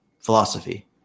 philosophy